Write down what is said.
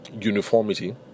uniformity